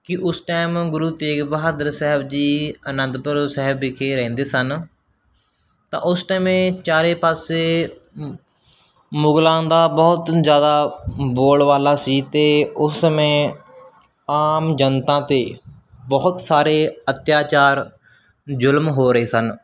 ਕਿ ਉਸ ਟਾਈਮ ਗੁਰੂ ਤੇਗ ਬਹਾਦਰ ਸਾਹਿਬ ਜੀ ਅਨੰਦਪੁਰ ਸਾਹਿਬ ਵਿਖੇ ਰਹਿੰਦੇ ਸਨ ਤਾਂ ਉਸ ਟਾਈਮ ਇਹ ਚਾਰੇ ਪਾਸੇ ਮ ਮੁਗਲਾਂ ਦਾ ਬਹੁਤ ਜ਼ਿਆਦਾ ਬੋਲਬਾਲਾ ਸੀ ਅਤੇ ਉਸ ਸਮੇਂ ਆਮ ਜਨਤਾ 'ਤੇ ਬਹੁਤ ਸਾਰੇ ਅੱਤਿਆਚਾਰ ਜ਼ੁਲਮ ਹੋ ਰਹੇ ਸਨ